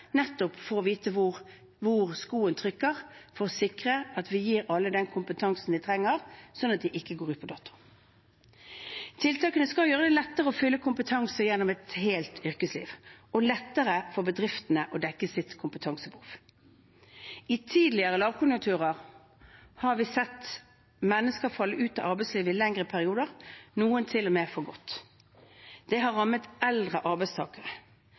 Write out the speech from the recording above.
nettopp for å vite hvor skoen trykker, for å sikre at vi gir alle den kompetansen de trenger, sånn at de ikke går ut på dato. Tiltakene skal gjøre det lettere å fylle på kompetanse gjennom et helt yrkesliv og lettere for bedriftene å dekke sitt kompetansebehov. I tidligere lavkonjunkturer har vi sett mennesker falle ut av arbeidslivet i lengre perioder, noen til og med for godt. Det har rammet eldre arbeidstakere.